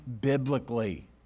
biblically